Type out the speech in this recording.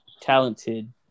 talented